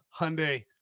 Hyundai